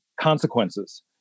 consequences